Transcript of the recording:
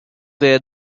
where